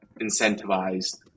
incentivized